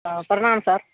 हँ प्रणाम सर